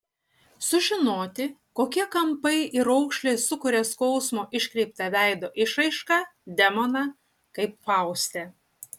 sužinoti kokie kampai ir raukšlės sukuria skausmo iškreiptą veido išraišką demoną kaip fauste